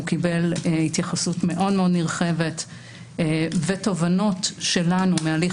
הוא קיבל התייחסות מאוד נרחבת ותובנות שלנו מהליך